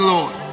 Lord